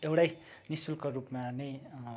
एउटै निःशुल्क रूपमा नै